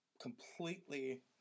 completely